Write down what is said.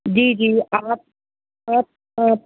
جی جی آپ آپ آپ